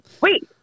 Wait